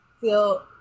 feel